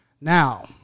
Now